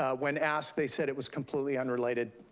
ah when asked, they said it was completely unrelated.